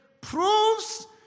proves